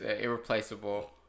irreplaceable